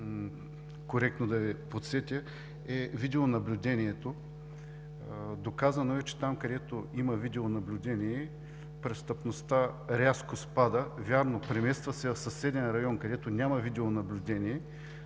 коректно да Ви подсетя, е видеонаблюдението. Доказано е, че там, където има видеонаблюдение, престъпността рязко спада. Вярно, премества се в съседен район, където няма видеонаблюдение,